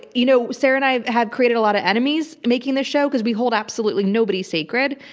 you know, sarah and i have created a lot of enemies making the show cause we hold absolutely nobody sacred.